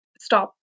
stop